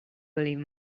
believe